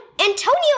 Antonio